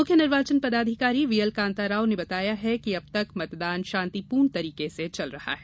मुख्य निर्वाचन पदाधिकारी वी एल कांताराव ने बताया है कि अब तक मतदान शांतिपूर्ण तरीके से चल रहा है